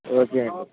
okay అండి